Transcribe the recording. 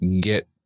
get